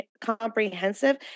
comprehensive